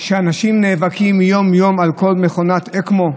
שאנשים נאבקים יום-יום על כל מכונת אקמו,